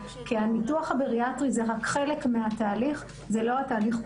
כי הניתוח הבריאטרי הוא רק חלק מהתהליך ולא התהליך כולו.